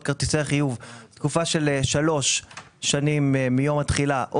כרטיסי החיוב תקופה של שלוש שנים מיום התחילה או